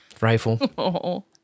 rifle